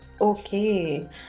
Okay